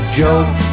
joke